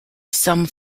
some